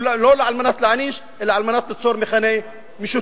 לא על מנת להעניש אלא על מנת ליצור מכנה משותף.